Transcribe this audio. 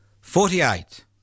forty-eight